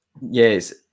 Yes